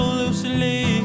loosely